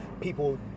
people